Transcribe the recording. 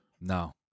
No